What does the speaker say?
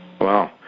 Wow